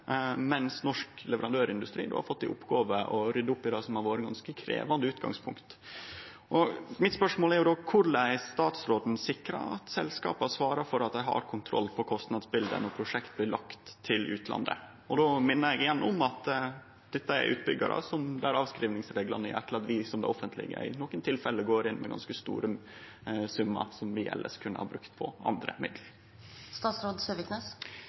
mens norsk leverandørindustri har fått i oppgåve å rydde opp i det som har vore ganske krevjande utgangspunkt. Mitt spørsmål er då korleis statsråden sikrar at selskapa svarar for at dei har kontroll på kostnadsbildet når prosjekt blir lagde til utlandet. Då minner eg igjen om at dette er utbyggjarar der avskrivingsreglane er etla for at vi, som det offentlege, i nokre tilfelle går inn med ganske store summar som vi elles kunne ha brukt på andre